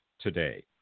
today